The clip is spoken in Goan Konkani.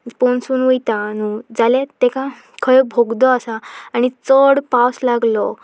पोनसून वयता न्हू जाल्या तेका खंय बगदो आसा आनी चड पावस लागलो